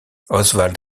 oswald